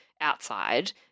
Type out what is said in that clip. outside